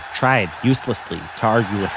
tried uselessly to um